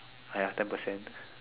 !aiya! ten percent